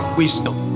wisdom